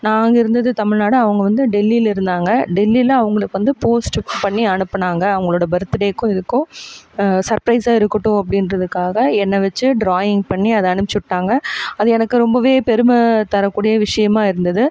நாங்கள் இருந்தது தமிழ்நாடு அவங்க வந்து டெல்லியில் இருந்தாங்க டெல்லியில் அவங்களுக்கு வந்து போஸ்ட்டு பண்ணி அனுப்பினாங்க அவங்களோட பர்த்துடேக்கோ எதுக்கோ சர்ப்ரைஸாக இருக்கட்டும் அப்படின்றதுக்காக என்னை வெச்சு ட்ராயிங் பண்ணி அதை அனுப்பிச்சுட்டாங்க அது எனக்கு ரொம்பவே பெருமை தரக்கூடிய விஷயமாக இருந்தது